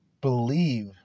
believe